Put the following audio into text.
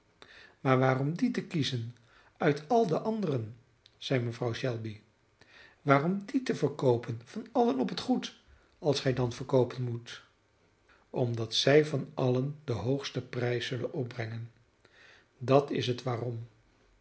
maar waarom die te kiezen uit al de anderen zeide mevrouw shelby waarom die te verkoopen van allen op het goed als gij dan verkoopen moet omdat zij van allen den hoogsten prijs zullen opbrengen dat is het waarom